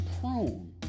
prune